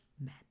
men